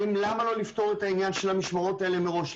למה לא לפתור את העניין של המשמרות האלה מראש?